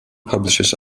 published